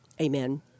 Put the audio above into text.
Amen